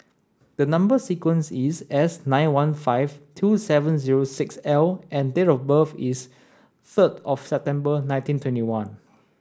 the number sequence is S nine one five two seven zero six L and date of birth is third of September nineteen twenty one